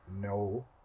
no